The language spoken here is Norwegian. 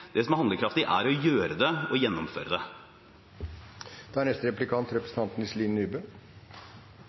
Det som er handlekraftig, er å gjøre det og å gjennomføre det. Da